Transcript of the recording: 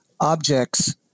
objects